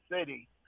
city